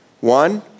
One